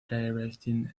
directing